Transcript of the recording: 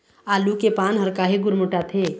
आलू के पान हर काहे गुरमुटाथे?